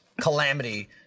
calamity